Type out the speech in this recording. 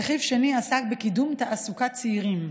רכיב שני עסק בקידום תעסוקת צעירים.